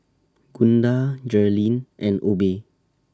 Gunda Jerilynn and Obe